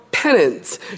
Penance